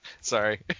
Sorry